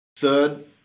Third